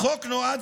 החוק נועד,